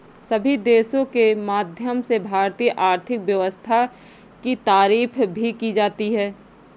सभी देशों के माध्यम से भारतीय आर्थिक व्यवस्था की तारीफ भी की जाती है